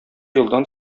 елдан